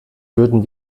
würden